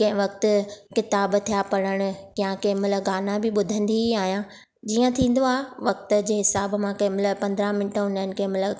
कंहिं वक़्तु किताब थिया पढ़ण जा कंहिं महिल गाना बि ॿुधंदी ई आहियां जीअं थींदो आहे वक़्त जे हिसाब मां कंहिं महिल पंद्रहं मिंट हूंदा आहिनि कंहिं महिल